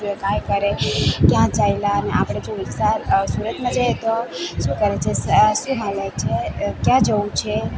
શું જોવે કંઈ કરે ક્યાં ચાલ્યા ને અને આપણે જો વિસ્તાર સુરતમાં જઈએ તો શું કરે છે શું હાલે છે ક્યાં જવું છે